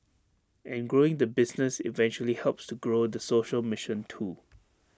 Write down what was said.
and growing the business eventually helps to grow the social mission too